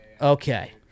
Okay